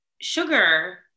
sugar